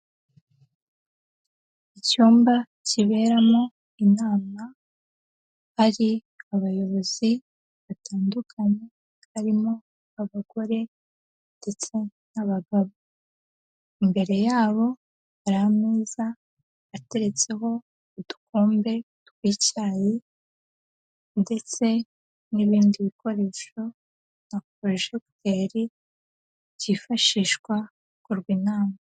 Icyumba kiberamo inama, hari abayobozi batandukanye, harimo abagore, ndetse n'abagabo, imbere yabo hari ameza ateretseho udukombe tw'icyayi, ndetse n'ibindi bikoresho nka porojekiteri, byifashishwa hakorwa inama.